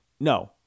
no